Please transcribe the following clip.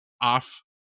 off